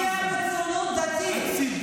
שפוגע בציונות הדתית,